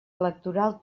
electoral